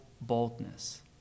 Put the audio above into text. boldness